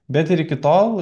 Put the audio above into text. bet iki tol